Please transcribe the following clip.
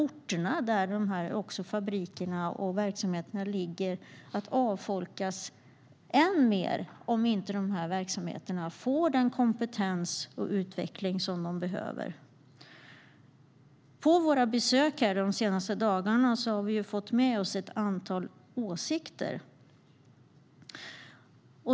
Orterna där de här fabrikerna och andra verksamheterna ligger kommer att avfolkas än mer om de inte får den kompetens och utveckling som de behöver. På våra besök de senaste dagarna har vi fått med oss ett antal åsikter.